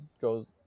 goes